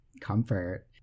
comfort